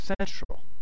central